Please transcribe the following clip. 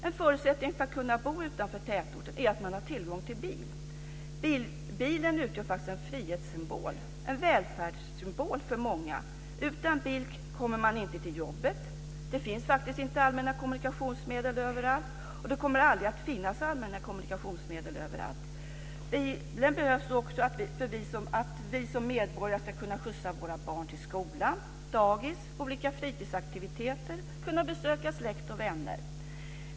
En förutsättning för att kunna bo utanför tätorten är att man har tillgång till bil. Bilen utgör en frihetssymbol. Den är en välfärdssymbol för många. Utan bil kommer man inte till jobbet. Det finns faktiskt inte allmänna kommunikationsmedel överallt, och det kommer heller aldrig att finna allmänna kommunikationsmedel överallt. Bilen behövs också för att vi som medborgare ska kunna skjutsa våra barn till skolan, dagis och olika fritidsaktiviteter och för att vi ska kunna besöka släkt och vänner.